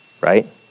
Right